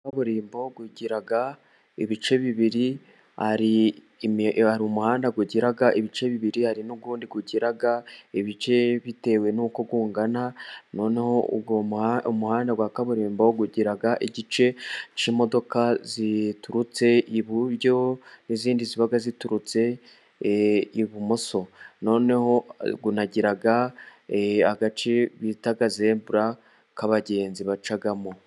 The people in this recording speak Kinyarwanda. Umuhanda wa kaburimbo, ugira ibice bibiri, hari umuhanda ugira ibice bibiri, hari n'undi ugira ibice bitewe n'uko ungana, noneho umuhanda wa kaburimbo ugira igice cy'imodoka ziturutse iburyo, n'izindi ziba ziturutse ibumoso, noneho unagira agace bita zebura k'abagenzi bacamo.